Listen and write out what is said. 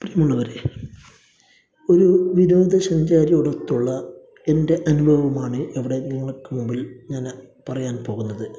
പ്രിയമുള്ളവരെ ഒരു വിനോദ സഞ്ചാരിയോടൊപ്പമുള്ള എൻ്റെ അനുഭവമാണ് ഇവിടെ നിങ്ങൾക്ക് മുമ്പിൽ ഞാൻ പറയാൻ പോകുന്നത്